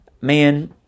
man